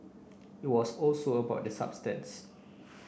it was also about the substances